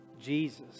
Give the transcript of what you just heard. Jesus